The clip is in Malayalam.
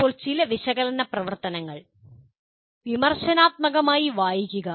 ഇപ്പോൾ ചില വിശകലന പ്രവർത്തനങ്ങൾ വിമർശനാത്മകമായി വായിക്കുക